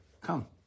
Come